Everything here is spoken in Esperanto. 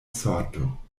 sorto